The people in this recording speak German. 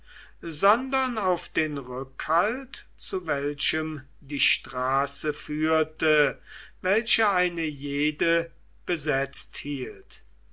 sondern auf den rückhalt zu welchem die straße führte welche eine jede besetzt hielt